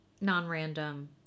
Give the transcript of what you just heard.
Non-random